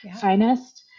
finest